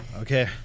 Okay